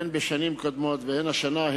הן בשנים קודמות והן השנה,